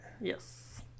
Yes